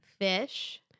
fish